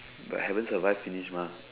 but haven't survive finish mah